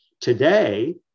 Today